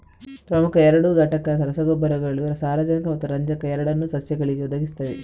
ಪ್ರಮುಖ ಎರಡು ಘಟಕ ರಸಗೊಬ್ಬರಗಳು ಸಾರಜನಕ ಮತ್ತು ರಂಜಕ ಎರಡನ್ನೂ ಸಸ್ಯಗಳಿಗೆ ಒದಗಿಸುತ್ತವೆ